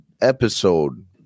episode